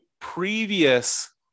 previous